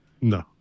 No